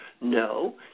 No